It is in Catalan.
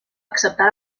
acceptar